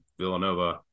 Villanova